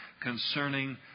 concerning